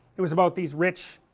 it was about these rich